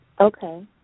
Okay